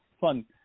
fun